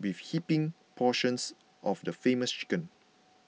with heaping portions of the famous chicken